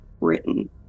written